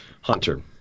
Hunter